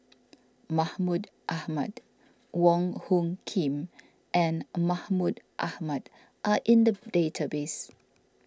Mahmud Ahmad Wong Hung Khim and Mahmud Ahmad are in the database